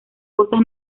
cosas